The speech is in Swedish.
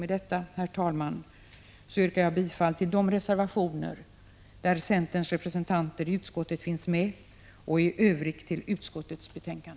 Med detta, herr talman, yrkar jag bifall till de reservationer som centerns representanter i utskottet har skrivit under samt i övrigt till utskottets hemställan.